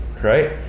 right